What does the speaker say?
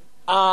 ה-pillar,